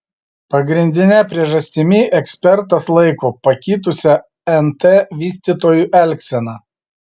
pagrindine priežastimi ekspertas laiko pakitusią nt vystytojų elgseną